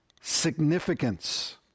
significance